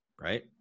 right